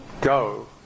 go